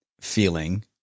feeling